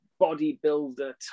bodybuilder